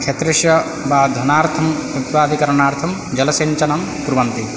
क्षेत्रस्स बार्धनार्थं ऋत्वाधिकरणार्थं जलशञ्चयनं कुर्वन्ति